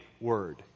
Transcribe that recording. word